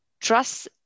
trust